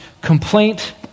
complaint